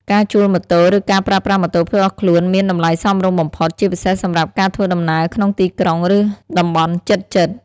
ការជួលម៉ូតូ ឬការប្រើប្រាស់ម៉ូតូផ្ទាល់ខ្លួនមាន តម្លៃសមរម្យបំផុត ជាពិសេសសម្រាប់ការធ្វើដំណើរក្នុងទីក្រុង ឬតំបន់ជិតៗ។